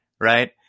right